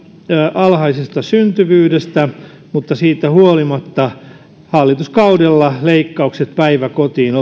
alhaisesta syntyvyydestä mutta siitä huolimatta hallituskaudella leikkaukset päiväkoteihin